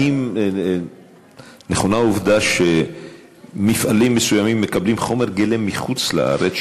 האם נכונה העובדה שמפעלים מסוימים מקבלים חומר גלם מחוץ-לארץ,